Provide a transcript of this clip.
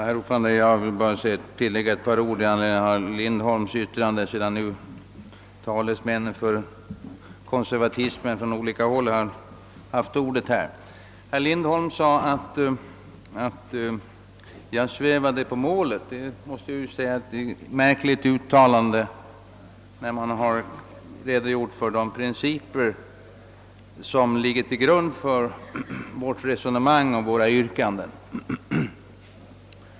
Herr talman! Jag vill bara tillägga några få ord i anledning av herr Lindholms yttrande, sedan nu talesmän för konservatism på olika håll haft ordet. Herr Lindholm ansåg att jag svävade på målet. Det måste jag säga var ett märkligt uttalande, när jag har redogjort för de principer som ligger till grund för vårt resonemang och våra yrkanden.